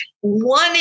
one